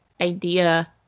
idea